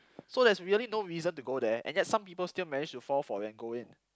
so there's really no reason to go there and yet some people still managed to fall for and go in